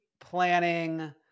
planning